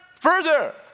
further